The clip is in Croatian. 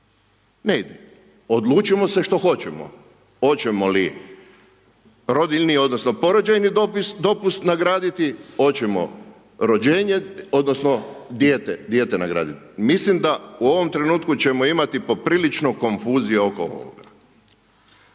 Ne ide. Odlučimo se što hoćemo. Hoćemo li rodiljni ili porođajni dopust nagraditi, hoćemo rođenje odnosno dijete nagraditi. Mislim da u ovom trenutku ćemo imati poprilično konfuzija oko ovoga.